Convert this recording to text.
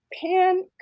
Pan